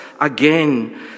again